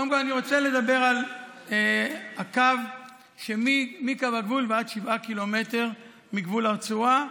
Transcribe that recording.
קודם כול אני רוצה לדבר על האור שמקו הגבול ועד 7 קילומטר מגבול הרצועה,